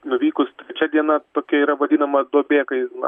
nuvykus trečia diena tokia yra vadinama duobė kai na